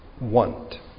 want